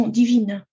divine